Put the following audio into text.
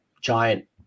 giant